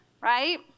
Right